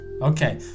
Okay